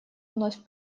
вновь